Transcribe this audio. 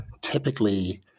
typically